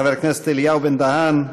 חבר הכנסת אליהו בן-דהן,